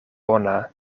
bona